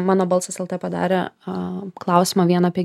mano balsas el t padarė a klausimą vieną apie